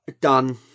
Done